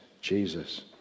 jesus